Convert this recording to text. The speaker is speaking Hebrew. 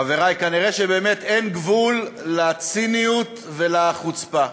חברי, כנראה באמת אין גבול לציניות ולחוצפה.